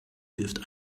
wirft